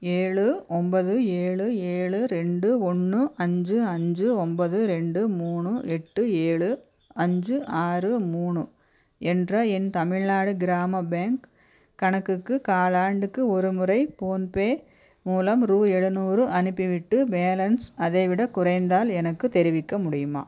ஏழு ஒன்பது ஏழு ஏழு ரெண்டு ஒன்று அஞ்சு அஞ்சு ஒன்பது ரெண்டு மூணு எட்டு ஏழு அஞ்சு ஆறு மூணு என்ற என் தமிழ்நாடு கிராம பேங்க் கணக்குக்கு காலாண்டுக்கு ஒருமுறை போன்பே மூலம் ரூ எழுநூறு அனுப்பிவிட்டு பேலன்ஸ் அதைவிடக் குறைந்தால் எனக்குத் தெரிவிக்க முடியுமா